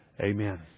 Amen